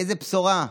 איזו בשורה?